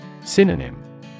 Synonym